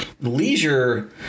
leisure